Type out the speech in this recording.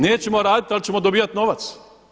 Nećemo raditi ali ćemo dobijat novac.